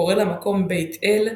קורא למקום "בית אל",